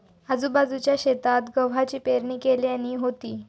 आजूबाजूच्या शेतात गव्हाची पेरणी केल्यानी होती